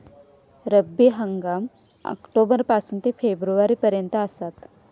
रब्बी हंगाम ऑक्टोबर पासून ते फेब्रुवारी पर्यंत आसात